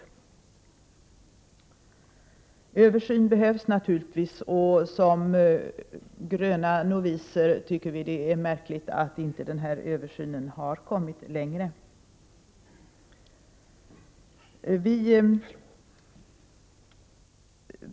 En översyn av dessa frågor behövs naturligtvis och som gröna noviser tycker vi det är märkligt att man inte har kommit längre med denna översyn.